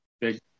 Big